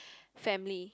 family